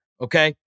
okay